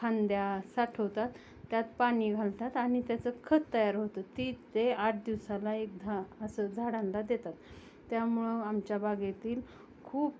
फांद्या साठवतात त्यात पाणी घालतात आणि त्याचं खत तयार होतं ती ते आठ दिवसाला एकदा असं झाडांना देतात त्यामुळं आमच्या बागेतील खूप